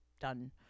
done